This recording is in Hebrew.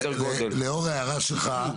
לאור ההערה שלך,